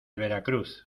veracruz